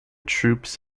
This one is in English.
troops